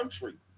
country